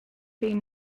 being